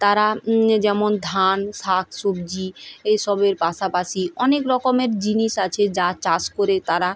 তারা যেমন ধান শাক সবজি এইসবের পাশাপাশি অনেক রকমের জিনিস আছে যা চাষ করে তারা